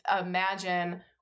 imagine